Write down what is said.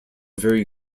very